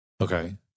Okay